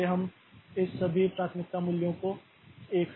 इसलिए हम इस सभी प्राथमिकता मूल्यों को 1 से घटाते हैं